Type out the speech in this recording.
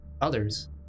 others